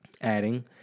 adding